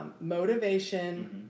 motivation